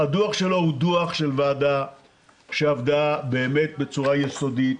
הדוח שלו הוא דוח של ועדה שעבדה בצורה יסודית.